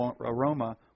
aroma